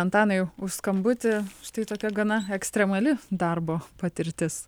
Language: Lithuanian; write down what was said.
antanai už skambutį štai tokia gana ekstremali darbo patirtis